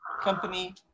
company